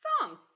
song